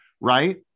right